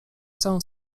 całą